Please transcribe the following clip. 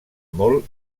molt